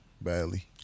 badly